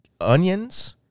onions